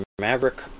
Maverick